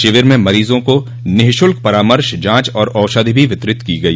शिविर में मरीजों को निःशुल्क परामर्श जांच और औषधि भी वितरित की गई